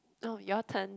oh your turn